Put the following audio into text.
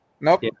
nope